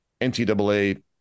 NCAA